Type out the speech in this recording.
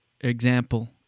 example